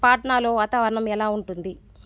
పాట్నాలో వాతావరణం ఎలా ఉంటుంది